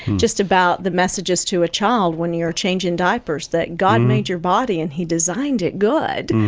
just about the messages to a child when you're changing diapers that god made your body and he designed it good,